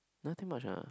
nothing much ah